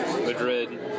Madrid